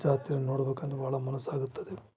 ಜಾತ್ರೆ ನೋಡ್ಬೆಕಂದು ಭಾಳ ಮನಸ್ಸಾಗುತ್ತದೆ